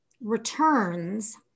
returns